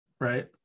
right